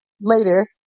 later